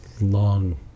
long